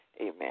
amen